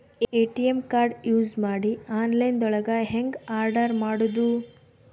ATM card use ಮಾಡಿ online ದೊಳಗೆ ಹೆಂಗ್ ಆರ್ಡರ್ ಮಾಡುದು?